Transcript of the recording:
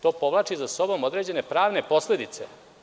To povlači za sobom određene pravne posledice.